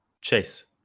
Chase